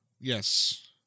Yes